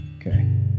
Okay